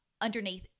underneath